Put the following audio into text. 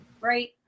right